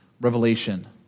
revelation